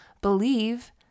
believe